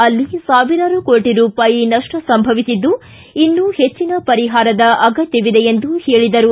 ಅಲ್ಲಿ ಸಾವಿರಾರು ಕೋಟ ರೂಪಾಯಿ ನಷ್ಟ ಸಂಭವಿಸಿದ್ದು ಇನ್ನೂ ಹೆಚ್ಚಿನ ಪರಿಹಾರ ಅಗತ್ಯವಿದೆ ಎಂದು ಹೇಳಿದರು